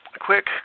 Quick